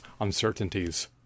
uncertainties